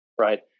right